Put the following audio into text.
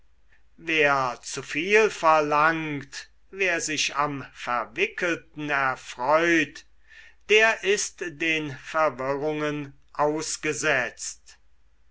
wer zuviel verlangt wer sich am verwickelten erfreut der ist den verwirrungen ausgesetzt